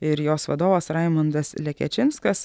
ir jos vadovas raimundas lekečinskas